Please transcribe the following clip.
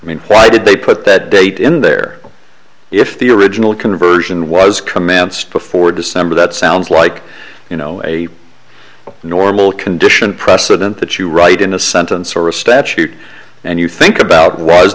i mean why did they put that date in there if the original conversion was commenced before december that sounds like you know a normal condition precedent that you write in a sentence or a statute and you think about was